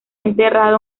enterrado